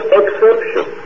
exception